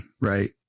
right